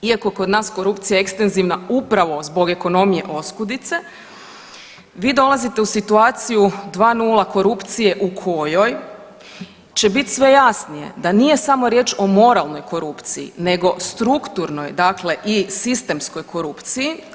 Iako je kod nas korupcija ekstenzivna upravo zbog ekonomije oskudice, vi dolazite u situaciju dva nula korupcije u kojoj će biti sve jasnije da nije samo riječ o moralnoj korupciji, nego strukturnoj dakle i sistemskoj korupciji.